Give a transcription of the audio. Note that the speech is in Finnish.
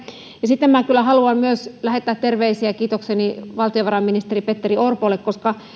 ja sitten kyllä haluan myös lähettää terveisiä ja kiitokseni valtiovarainministeri petteri orpolle koska